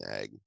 egg